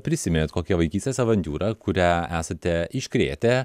prisiminėt kokią vaikystės avantiūrą kurią esate iškrėtę